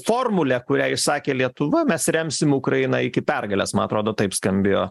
formulę kurią išsakė lietuva mes remsim ukrainą iki pergalės man atrodo taip skambėjo